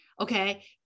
Okay